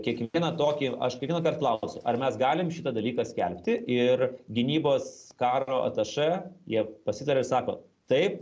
kiekvieną tokį aš kiekvienąkart klausiu ar mes galim šitą dalyką skelbti ir gynybos karo atašė jie pasitaria ir sako taip